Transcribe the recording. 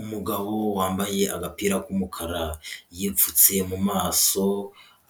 Umugabo wambaye agapira k'umukara yipfutse mu maso,